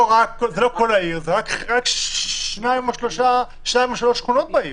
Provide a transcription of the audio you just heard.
כל העיר אלא רק שתיים או שלוש שכונות בעיר.